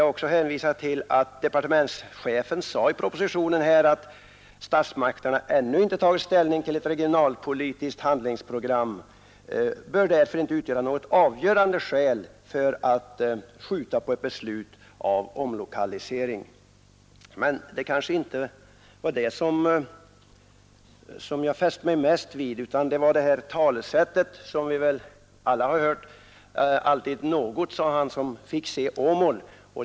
Jag vill hänvisa till vad departementschefen sade i propositionen, nämligen att det förhållandet att statsmakterna ännu inte tagit ställning till ett regionalpolitiskt handlingsprogram inte bör utgöra något avgörande skäl för att skjuta på ett beslut rörande omlokalisering. Men det kanske inte var detta jag fäste mig mest vid, utan det var talesättet, som vi väl alla har hört: Alltid något, sade han som fick se Åmål.